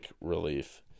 relief